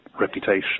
reputation